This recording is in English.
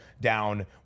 down